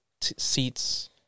seats